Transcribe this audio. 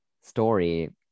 story